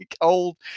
old